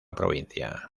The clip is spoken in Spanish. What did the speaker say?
provincia